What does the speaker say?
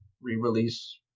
re-release